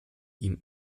ihm